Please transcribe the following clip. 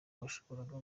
yashobora